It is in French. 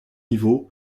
niveaux